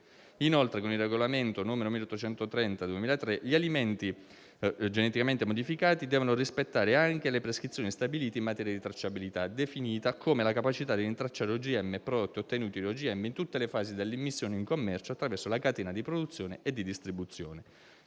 Inoltre, con il regolamento n. 1830 del 2003 gli alimenti geneticamente modificati devono rispettare anche le prescrizioni stabilite in materia di tracciabilità, definita come la capacità di rintracciare OGM e prodotti ottenuti da OGM in tutte le fasi dall'immissione in commercio attraverso la catena di produzione e di distribuzione.